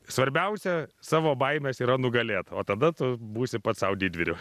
svarbiausia savo baimes yra nugalėt o tada tu būsi pats sau didvyriu